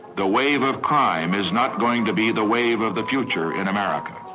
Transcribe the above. the wave of crime is not going to be the wave of the future in america.